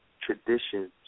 traditions